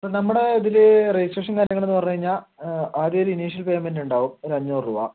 ഇപ്പോൾ നമ്മുടെ ഇതിൽ രജിസ്ട്രേഷനും കാര്യങ്ങളും എന്ന് പറഞ്ഞു കഴിഞ്ഞാൽ ആദ്യം ഒരു ഇനീഷ്യൽ പേയ്മെൻ്റ് ഉണ്ടാവും ഒര് അഞ്ഞൂറ് രുപ